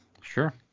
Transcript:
sure